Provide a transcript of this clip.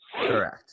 Correct